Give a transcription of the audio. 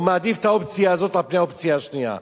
הוא מעדיף את האופציה הזאת על פני האופציה השנייה,